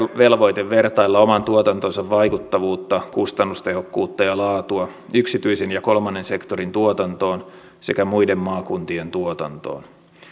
velvoite vertailla oman tuotantonsa vaikuttavuutta kustannustehokkuutta ja laatua yksityisen ja kolmannen sektorin tuotantoon sekä muiden maakuntien tuotantoon